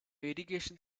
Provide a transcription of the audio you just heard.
irrigation